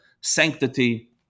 sanctity